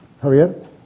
Javier